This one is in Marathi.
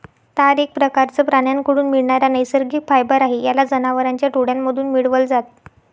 तार एक प्रकारचं प्राण्यांकडून मिळणारा नैसर्गिक फायबर आहे, याला जनावरांच्या डोळ्यांमधून मिळवल जात